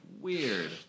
weird